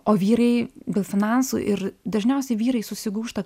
o vyrai dėl finansų ir dažniausiai vyrai susigūžta